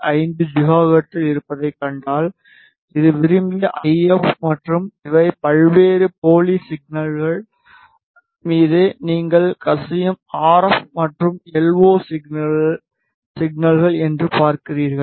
5 ஜிகாஹெர்ட்ஸில் இருப்பதைக் கண்டால் இது விரும்பிய ஐஎப் மற்றும் இவை பல்வேறு போலி சிக்னல்கள் மீது நீங்கள் கசியும் ஆர்எப் மற்றும் எல்ஓ சிக்னல்கள் என்று பார்க்கிறீர்கள்